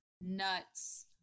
nuts